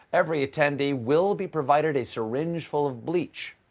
every attendee will be provided a syringe full of bleach.